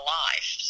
life